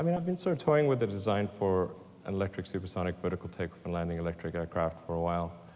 i mean i've been so toying with the design for an electric supersonic vertical takeoff and landing electric aircraft for a while.